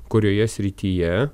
kurioje srityje